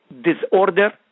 Disorder